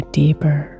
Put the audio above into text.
deeper